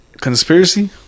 conspiracy